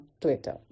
Twitter